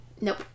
Nope